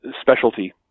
specialty